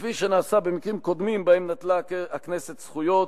כפי שנעשה במקרים קודמים שבהם נטלה הכנסת זכויות,